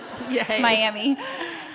Miami